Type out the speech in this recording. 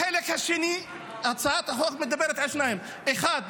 בחלק השני הצעת החוק מדברת על שניים: אחד,